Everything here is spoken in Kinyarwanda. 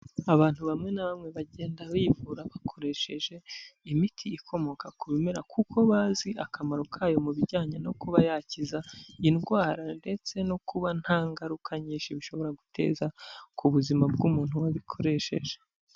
Abantu bamwe na bamwe bagenda bivura bakoresheje imiti ikomoka ku bimera, kuko bazi akamaro kayo mu bijyanye no kuba yakiza indwara ndetse no kuba nta ngaruka nyinshi bishobora guteza ku buzima bw'umuntu wabikoresheje.